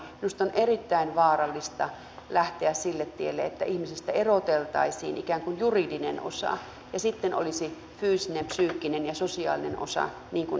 minusta on erittäin vaarallista lähteä sille tielle että ihmisestä eroteltaisiin ikään kuin juridinen osa ja sitten olisi fyysinen psyykkinen ja sosiaalinen osa erikseen